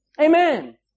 Amen